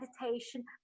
meditation